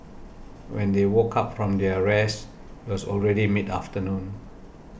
when they woke up from their rest it was already mid afternoon